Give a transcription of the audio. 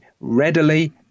readily